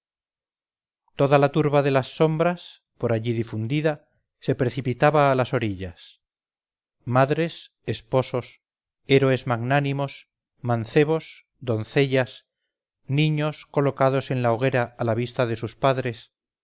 toda la turba de las sombras por allí difundida se precipitaba a las orillas madres esposos héroes magnánimos mancebos doncellas niños colocados en la hoguera a la vista de sus padres